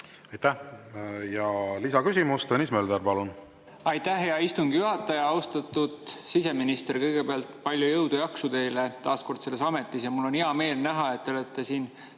Aitäh! Lisaküsimus, Tõnis Mölder, palun! Aitäh, hea istungi juhataja! Austatud siseminister! Kõigepealt palju jõudu ja jaksu teile taas kord selles ametis! Mul on hea meel näha, et te olete siin